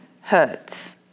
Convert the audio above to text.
hurts